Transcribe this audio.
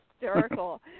hysterical